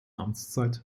amtszeit